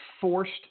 forced